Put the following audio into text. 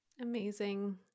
Amazing